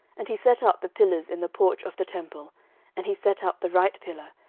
and he set up the pillars in the porch of the temple and he set up the right pillar,